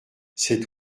c’est